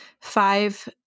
five